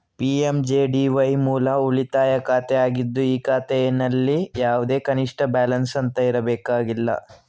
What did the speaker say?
PMJDY ಮೂಲ ಉಳಿತಾಯ ಖಾತೆ ಆಗಿದ್ದು ಈ ಖಾತೆನಲ್ಲಿ ಯಾವುದೇ ಕನಿಷ್ಠ ಬ್ಯಾಲೆನ್ಸ್ ಅಂತ ಇರಬೇಕಾಗಿಲ್ಲ